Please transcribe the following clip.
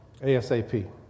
ASAP